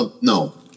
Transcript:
No